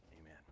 amen